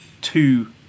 two